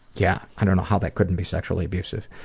yeah i don't know how that couldn't be sexually abusive.